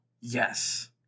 yes